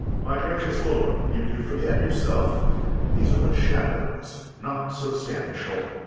my gracious lord, you do forget yourself these are but shadows, not substantial.